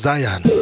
Zion